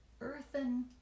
earthen